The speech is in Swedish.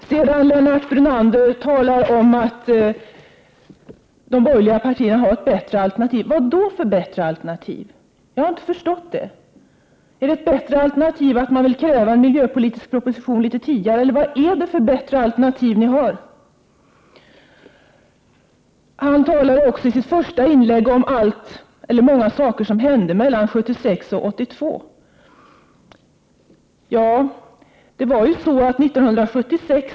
Lennart Brunander sade att de borgerliga partierna har ett ”bättre alternativ”. Vad då för ”bättre alternativ”? Jag har inte förstått det. Är det ett bättre alternativ att man kräver en miljöpolitisk proposition litet tidigare, eller vad är det för bättre alternativ ni har? Han talade också i sitt första inlägg om många saker som hände mellan 1976 och 1982.